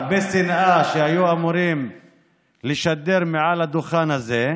הרבה שנאה שהיו אמורים לשדר מעל הדוכן הזה.